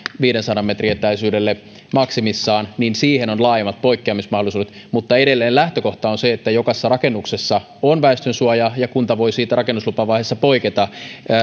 viidensadan metrin etäisyydelle maksimissaan niin siinä on laajemmat poikkeamismahdollisuudet mutta edelleen lähtökohta on se että jokaisessa rakennuksessa on väestönsuoja ja kunta voi siitä rakennuslupavaiheessa poiketa